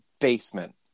Basement